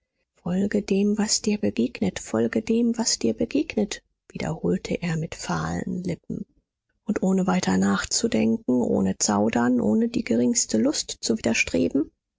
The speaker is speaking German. folge dem was dir begegnet folge dem was dir begegnet wiederholte er mit fahlen lippen und ohne weiter nachzudenken ohne zaudern ohne die geringste lust zu widerstreben